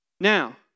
Now